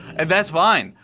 and that's fine!